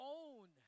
own